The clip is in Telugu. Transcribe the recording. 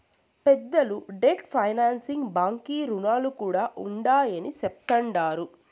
పెద్దలు డెట్ ఫైనాన్సింగ్ బాంకీ రుణాలు కూడా ఉండాయని చెప్తండారు